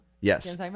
Yes